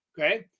okay